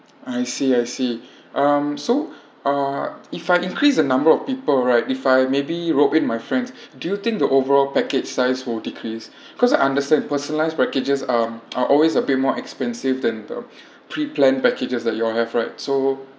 I see I see um so uh if I increase the number of people right if I maybe rope in my friends do you think the overall package size will decrease cause I understand personalized packages are are always a bit more expensive than the pre-planned packages that you all have right so